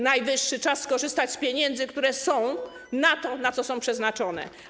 Najwyższy czas skorzystać z pieniędzy, które są, na to, na co są przeznaczone.